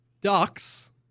ducks